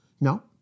no